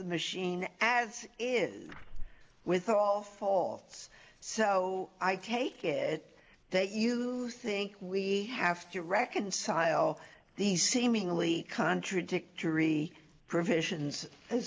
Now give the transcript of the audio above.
machine as is with all faults so i take it that you think we have to reconcile these seemingly contradictory